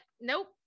nope